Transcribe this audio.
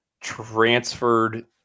transferred